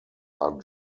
are